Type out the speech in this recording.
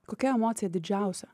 kokia emocija didžiausia